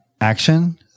Action